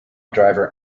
driver